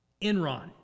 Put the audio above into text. Enron